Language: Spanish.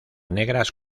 negras